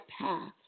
path